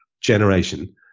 generation